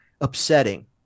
upsetting